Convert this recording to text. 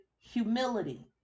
humility